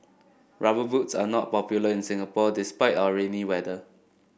rubber boots are not popular in Singapore despite our rainy weather